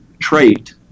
trait